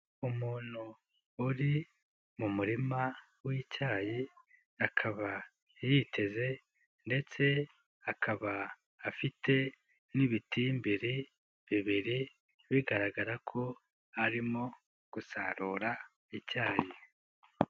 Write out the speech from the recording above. Umuntu uri mu murima w'icyayi, akaba yiteze ndetse akaba afite n'ibitimbiri bibiri bigaragara ko arimo gusarura icyayi.